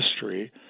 history